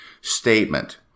statement